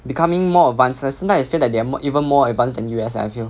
becoming more advances sometimes I feel that they are more even more advanced then U_S leh I feel